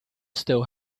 still